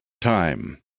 time